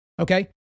okay